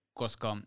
koska